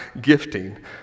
gifting